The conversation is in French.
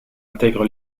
intègre